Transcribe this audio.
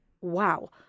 wow